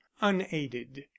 unaided